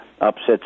Upsets